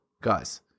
Guys